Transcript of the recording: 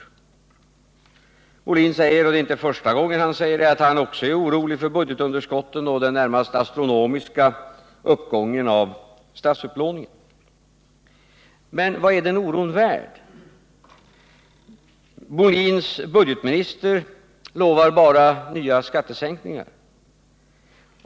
Björn Molin säger, och det är inte första gången, att han också är orolig för budgetunderskotten och den närmast astronomiska uppgången av statsupplåningen. Men vad är den oron värd? Herr Molins budgetminister lovar bara nya skattesänkningar.